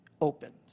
opened